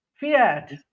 Fiat